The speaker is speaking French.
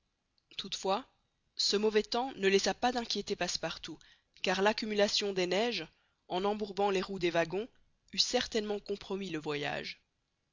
toutefois ce mauvais temps ne laissa pas d'inquiéter passepartout car l'accumulation des neiges en embourbant les roues des wagons eût certainement compromis le voyage